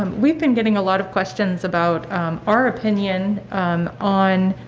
um we've been getting a lot of questions about our opinion on